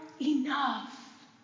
enough